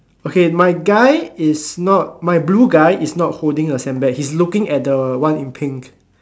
okay my guy is not my blue guy is not holding a sandbag he's looking at the one in pink